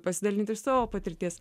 pasidalinti iš savo patirties